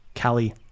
Callie